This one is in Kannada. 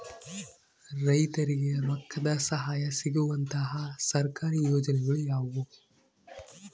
ರೈತರಿಗೆ ರೊಕ್ಕದ ಸಹಾಯ ಸಿಗುವಂತಹ ಸರ್ಕಾರಿ ಯೋಜನೆಗಳು ಯಾವುವು?